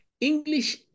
English